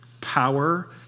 power